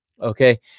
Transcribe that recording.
Okay